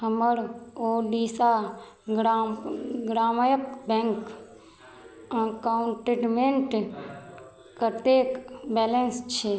हमर ओडिशा ग्राम ग्रामैक बैंक अकाउंटमे कतेक बैलेंस छी